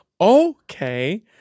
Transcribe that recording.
okay